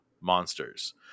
monsters